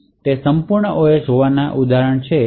તેથી સંપૂર્ણ ઓએસ હોવાનાં ઉદાહરણો એ છે કે તે પૂર્ણ થશે